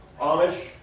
Amish